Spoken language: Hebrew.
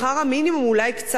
אולי קצת יותר.